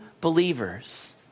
believers